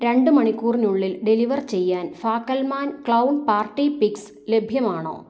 രണ്ട് മണിക്കൂറിനുള്ളിൽ ഡെലിവർ ചെയ്യാൻ ഫാക്കൽമാൻ ക്ലൗൺ പാർട്ടി പിക്സ് ലഭ്യമാണോ